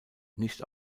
nicht